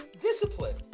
discipline